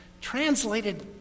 translated